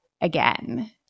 again